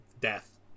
death